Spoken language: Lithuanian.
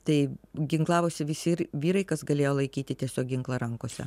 tai ginklavosi visi ir vyrai kas galėjo laikyti tiesiog ginklą rankose